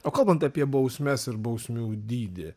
o kalbant apie bausmes ir bausmių dydį